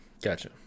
Gotcha